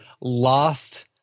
lost